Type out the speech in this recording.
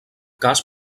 cas